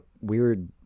weird